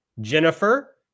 Jennifer